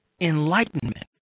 enlightenment